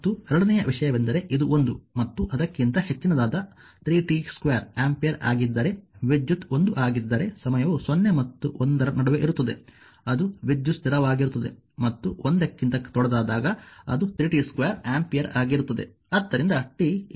ಮತ್ತು ಎರಡನೆಯ ವಿಷಯವೆಂದರೆ ಇದು 1 ಮತ್ತು ಅದಕ್ಕಿಂತ ಹೆಚ್ಚಿನದಾದ 3 t 2 ಆಂಪಿಯರ್ ಆಗಿದ್ದರೆ ವಿದ್ಯುತ್ 1 ಆಗಿದ್ದರೆ ಸಮಯವು 0 ಮತ್ತು 1 ರ ನಡುವೆ ಇರುತ್ತದೆ ಅದು ವಿದ್ಯುತ್ ಸ್ಥಿರವಾಗಿರುತ್ತದೆ ಮತ್ತು 1 ಕ್ಕಿಂತ ದೊಡ್ಡದಾದಾಗ ಅದು 3 t 2 ಆಂಪಿಯರ್ ಆಗಿರುತ್ತದೆ